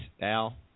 Al